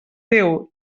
teu